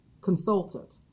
consultant